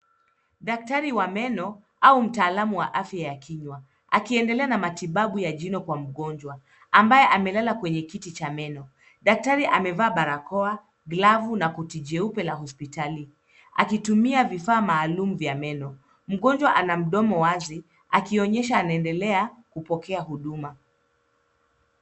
Daktari wa meno au mtaalamu wa afya ya kinywa, akiendelea na matibabu ya jino kwa mgonjwa, ambaye amelala kwenye kiti cha meno. Daktari amevaa barakoa, glavu na koti jeupe la hospitali akitumia vifaa maalum vya meno. Mgonjwa ana mdomo wazi akionyesha anaendelea kupokea huduma.